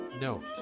note